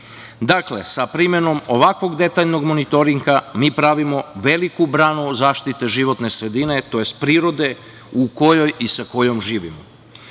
Dakle, sa primenom ovakvog detaljnog monitoringa mi pravimo veliku branu zaštite životne sredine, tj. prirode u kojoj i sa kojom živimo. Druga